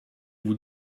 vous